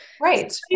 right